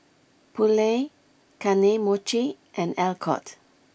Poulet Kane Mochi and Alcott